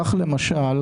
כך למשל,